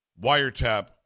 wiretap